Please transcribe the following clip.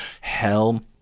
hell